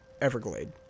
Everglade